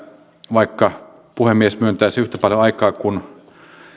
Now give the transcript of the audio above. vaikka puhemies myöntäisi yhtä paljon aikaa